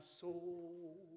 soul